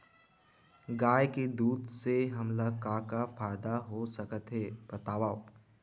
गाय के दूध से हमला का का फ़ायदा हो सकत हे बतावव?